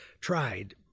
tried